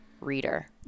reader